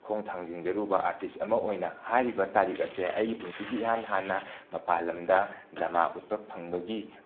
ꯊꯥꯡꯖꯤꯟꯖꯔꯨꯕ artist ꯑꯃ ꯑꯣꯏꯅ ꯍꯥꯏꯔꯤꯕ ꯇꯥꯔꯤꯛ ꯑꯁꯦ ꯑꯩ ꯄꯨꯟꯁꯤꯒꯤ ꯏꯍꯥꯟ ꯍꯥꯟꯅ ꯃꯄꯥꯟ ꯂꯝꯗ ꯗ꯭ꯔꯃꯥ ꯎꯠꯄ ꯐꯪꯕꯒꯤ